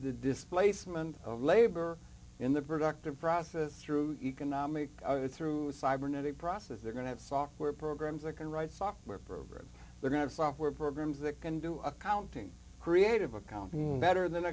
the displacement of labor in the productive process through economic through cybernetic process they're going to have software programs that can write software programs they're going to software programs that can do accounting creative accounting better than